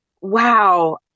wow